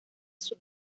sus